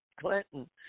Clinton